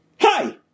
Hi